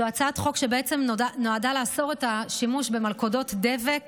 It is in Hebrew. זאת הצעת חוק שנועדה לאסור את השימוש במלכודות דבק